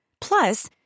Plus